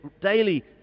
daily